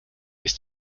ist